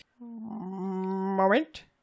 moment